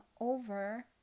over